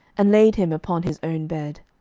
and laid him upon his own bed.